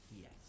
Yes